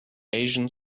asian